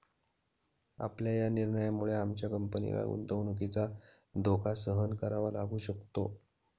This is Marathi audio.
आपल्या या निर्णयामुळे आमच्या कंपनीला गुंतवणुकीचा धोका सहन करावा लागू शकतो